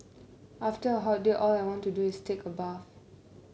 after a hot day all I want to do is take a bath